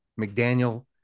McDaniel